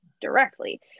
directly